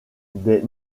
des